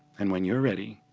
and when you're ready,